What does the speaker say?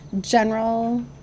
general